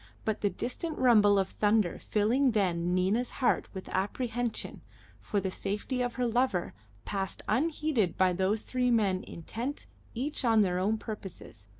but the distant rumble of thunder filling then nina's heart with apprehension for the safety of her lover passed unheeded by those three men intent each on their own purposes,